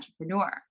entrepreneur